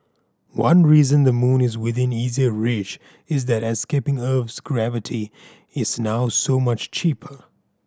one reason the moon is within easier reach is that escaping Earth's gravity is now so much cheaper